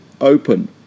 open